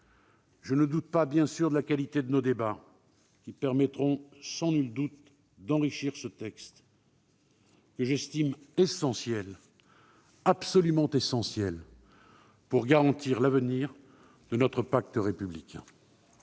je ne doute pas, bien sûr, de la qualité de nos débats, qui permettront sans nul doute d'enrichir ce texte. J'estime que celui-ci est absolument essentiel pour garantir l'avenir de notre pacte républicain.